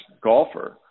golfer